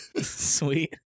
Sweet